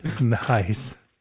Nice